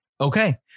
Okay